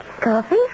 Coffee